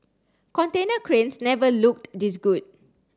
container cranes never looked this good